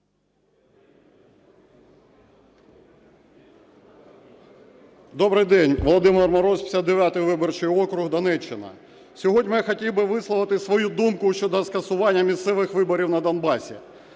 Добрий день, Володимир Мороз, 59 виборчий округ, Донеччина. Сьогодні я хотів би висловити свою думку щодо скасування місцевих виборів на Донбасі.